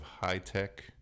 high-tech